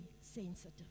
sensitive